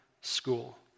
school